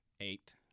eight